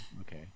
okay